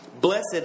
Blessed